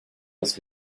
das